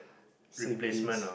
same piece